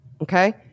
okay